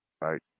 right